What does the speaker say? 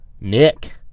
Nick